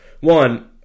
one